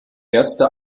erste